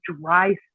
dry